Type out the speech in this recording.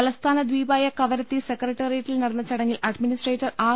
തലസ്ഥാന ദ്വീപായ കവരത്തി സെക്രട്ടറിയേറ്റിൽ നടന്ന ചടങ്ങിൽ അഡ്മിനിസ്ട്രേറ്റർ ആർ